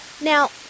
Now